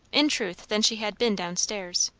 in truth, than she had been down-stairs.